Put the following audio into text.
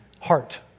Heart